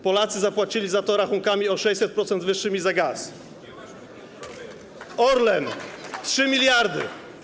Polacy zapłacili za to rachunkami o 600% wyższymi za gaz. Orlen - 3 mld.